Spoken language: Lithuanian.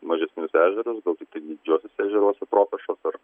mažesnius ežerus gal tiktai didžiuosiuose ežeruose properšos ar